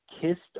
kissed